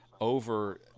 over